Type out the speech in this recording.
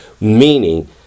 meaning